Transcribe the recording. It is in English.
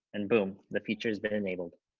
and, boom, the feature has been enabled